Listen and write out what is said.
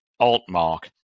Altmark